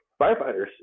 firefighters